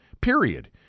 period